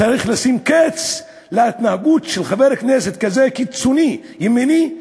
צריך לשים קץ להתנהגות של חבר כנסת כזה קיצוני ימני,